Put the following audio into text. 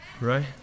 right